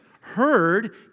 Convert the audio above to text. heard